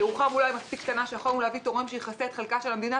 ירוחם אולי מספיק קטנה שיכולנו להביא תורם שיכסה את חלקה של המדינה.